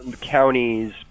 Counties